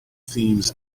themes